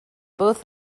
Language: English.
both